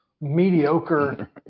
mediocre